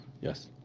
Yes